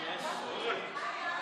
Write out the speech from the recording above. נתקבלה.